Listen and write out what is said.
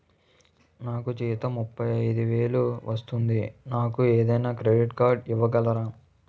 నాకు జీతం ముప్పై ఐదు వేలు వస్తుంది నాకు ఏదైనా క్రెడిట్ కార్డ్ ఇవ్వగలరా?